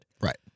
Right